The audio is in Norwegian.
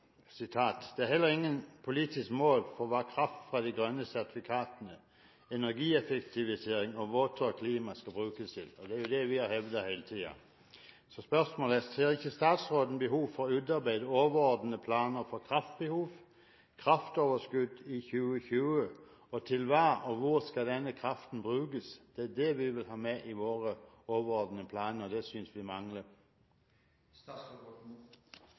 Energiteknikk: «Det er heller ingen politiske mål på hva kraft fra de grønne sertifikatene, energieffektivisering og våtere klima skal brukes til». – Det er det vi har hevdet hele tiden. Spørsmålet er: Ser ikke statsråden behov for å utarbeide overordnede planer for kraftbehov og kraftoverskudd i 2020, og til hva og hvor skal denne kraften brukes? Det er det vi vil ha med i våre overordnede planer. Det synes vi mangler.